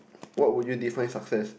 what would you define success